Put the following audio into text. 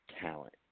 talent